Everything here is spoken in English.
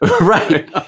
Right